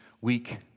week